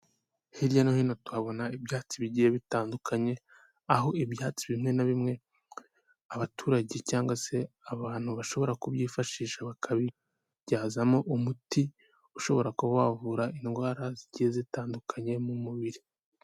Hirya no hino tuhabona ibyatsi bigiye bitandukanye, aho ibyatsi bimwe na bimwe abaturage cyangwa se abantu bashobora kubyifashisha bakabibyazamo umuti ushobora kuba wavura indwara zigiye zitandukanye mu mubiri.